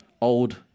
old